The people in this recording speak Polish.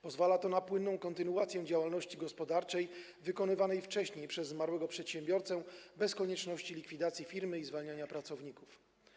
Pozwala to na płynną kontynuację działalności gospodarczej wykonywanej wcześniej przez zmarłego przedsiębiorcę bez konieczności likwidacji firmy i zwalniania pracowników.